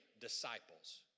disciples